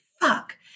fuck